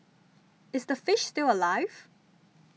is the fish still alive